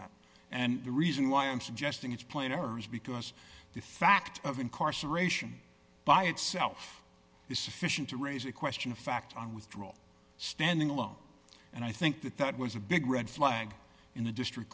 that and the reason why i'm suggesting it's plainer is because the fact of incarceration by itself is sufficient to raise a question of fact on withdrawal standing alone and i think that that was a big red flag in the district